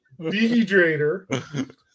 Dehydrator